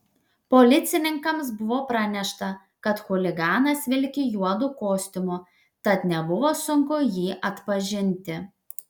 policininkams buvo pranešta kad chuliganas vilki juodu kostiumu tad nebuvo sunku jį atpažinti